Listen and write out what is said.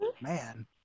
Man